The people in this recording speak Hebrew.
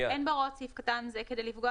(ד)אין בהוראות סעיף קטן זה כדי לפגוע